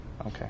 Okay